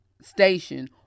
station